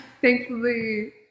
thankfully